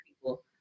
people